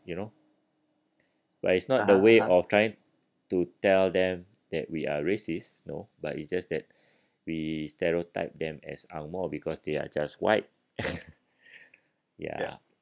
you know but it's not the way of trying to tell them that we are racist no but it's just that we stereotype them as ang moh because they are just white ya